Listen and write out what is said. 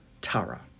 Tara